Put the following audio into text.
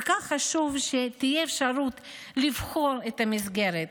כל כך חשוב שתהיה אפשרות לבחור את המסגרת.